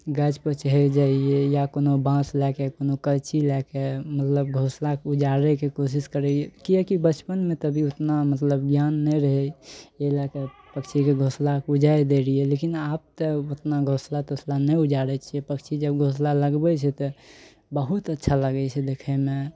गाछपर चहरि जाइ रहियइ या कोनो बाँस लए कऽ कोनो करची लए कऽ मतलब घोसलाके उजारयके कोशिश करियइ कियाकि बचपनमे तऽ अभी उतना मतलब ज्ञान नहि रहय उ लए कऽ पक्षीके घोसलाके उजारि दै रहियइ लेकिन आब तऽ उतना घोसला तोसला नहि उजारय छियै पक्षी जब घोसला लगबय छै तऽ बहुत अच्छा लागय छै देखयमे